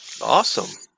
awesome